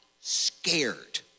scared